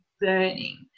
burning